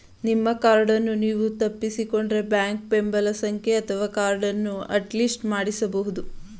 ನಿಮ್ಮ ಕಾರ್ಡನ್ನು ನೀವು ತಪ್ಪಿಸಿಕೊಂಡ್ರೆ ಬ್ಯಾಂಕ್ ಬೆಂಬಲ ಸಂಖ್ಯೆ ಅಥವಾ ಕಾರ್ಡನ್ನ ಅಟ್ಲಿಸ್ಟ್ ಮಾಡಿಸಬಹುದು